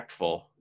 impactful